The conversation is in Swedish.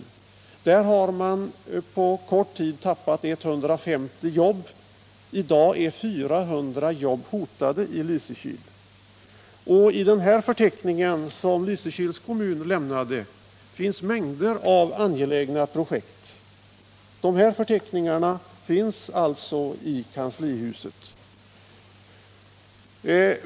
I Lysekil har man på kort tid tappat 150 jobb, och i dag är 400 jobb hotade. I den förteckning som Lysekils kommun lämnade finns mängder av angelägna projekt. De här förteckningarna finns alltså i kanslihuset.